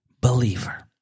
believer